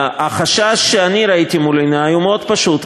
החשש שאני ראיתי מול עיני הוא מאוד פשוט,